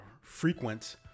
frequent